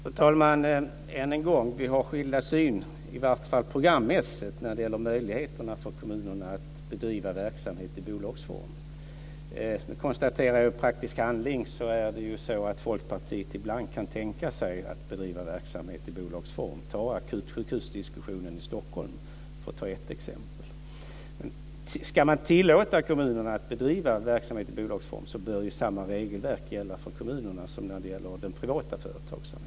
Fru talman! Än en gång vill jag säga att vi har olika syn, i alla fall programmässigt, när det gäller möjligheterna för kommunerna att bedriva verksamhet i bolagsform. Jag konstaterar att Folkpartiet i praktisk handling ibland kan tänka sig att bedriva verksamhet i bolagsform. Som exempel kan jag nämna diskussionen om akutsjukhusen i Stockholm. Om man ska tillåta kommunerna att bedriva verksamhet i bolagsform så bör ju samma regelverk gälla för kommunerna som för den privata företagsamheten.